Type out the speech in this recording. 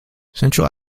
central